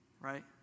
right